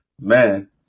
Man